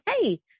hey